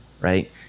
right